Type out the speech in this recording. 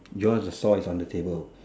yours is saw is on the table